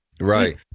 Right